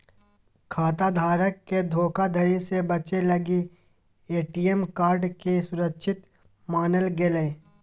खाता धारक के धोखाधड़ी से बचे लगी ए.टी.एम कार्ड के सुरक्षित मानल गेलय